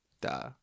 duh